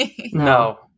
No